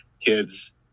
kids